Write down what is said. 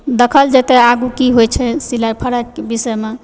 देखल जेतय आगू की होयत छै सिलाइ फराइकऽ विषयमऽ